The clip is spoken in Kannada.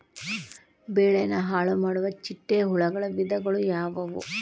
ಬೆಳೆನ ಹಾಳುಮಾಡುವ ಚಿಟ್ಟೆ ಹುಳುಗಳ ವಿಧಗಳು ಯಾವವು?